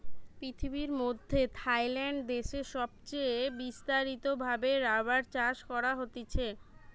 পৃথিবীর মধ্যে থাইল্যান্ড দেশে সবচে বিস্তারিত ভাবে রাবার চাষ করা হতিছে